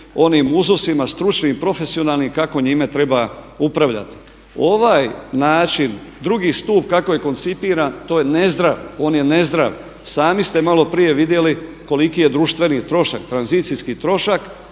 onim uzusima stručni i profesionalni kako njime treba upravljati. Ovaj način drugi stup kako je koncipiran to je nezdrav, on je nezdrav. Sami ste malo prije vidjeli koliki je društveni trošak, tranzicijski trošak